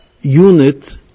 unit